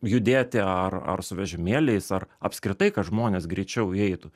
judėti ar ar su vežimėliais ar apskritai kad žmonės greičiau įeitų